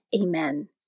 Amen